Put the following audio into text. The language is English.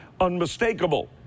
unmistakable